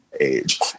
age